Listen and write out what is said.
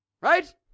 right